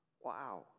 Wow